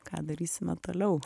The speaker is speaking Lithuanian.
ką darysime toliau